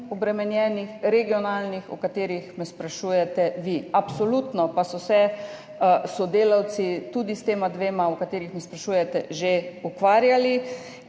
obremenjenih, regionalnih, o katerih me sprašujete vi. Absolutno pa so se sodelavci tudi s tema dvema, o katerih me sprašujete, že ukvarjali